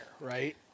right